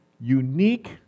unique